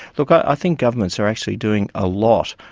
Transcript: look, i think governments are actually doing a lot.